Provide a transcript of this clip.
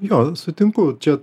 jo sutinku čia